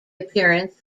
appearance